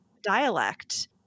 dialect